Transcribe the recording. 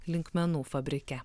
linkmenų fabrike